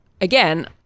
again